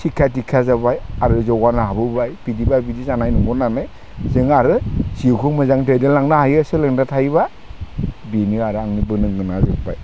सिक्खा दिक्खा जाबोबाय आरो जौगानो हाबोबाय बिदिबा बिदि जानाय नुनानै जोङो आरो जिउखौ मोजां दैदेनलांनो हायो सोलोंथाय थायोबा बेनो आरो आंनि बुंनो गोनाङा जोबबाय